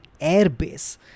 airbase